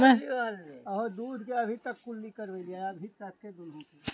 जायद फसल लेल गर्मी आ बरसात के मौसम जरूरी होइ छै